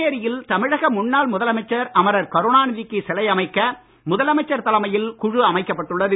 புதுச்சேரியில் தமிழக முன்னாள் முதலமைச்சர் அமரர் கருணாநிதிக்கு சிலை அமைக்க முதலமைச்சர் தலைமையில் குழு அமைக்கப்பட்டுள்ளது